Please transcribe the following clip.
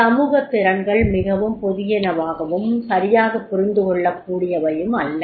சமூகத் திறன்கள் மிகவும் புதியனவாகவும் சரியாகப் புரிந்துகொள்ளக் கூடியவையும் அல்ல